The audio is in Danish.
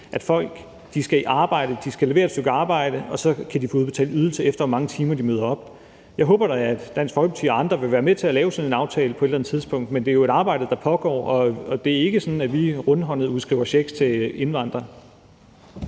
Folk skal i arbejde, de skal levere et stykke arbejde, og så kan de få udbetalt ydelse efter, hvor mange timer de møder op. Jeg håber da, at Dansk Folkeparti og andre vil være med til at lave sådan en aftale på et eller andet tidspunkt, men det er jo et arbejde, der pågår. Det er ikke sådan, at vi rundhåndet udskriver checks til indvandrere.